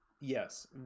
Yes